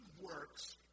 works